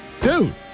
Dude